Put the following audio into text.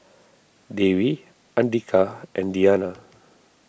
Dewi andika and Diyana